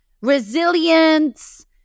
resilience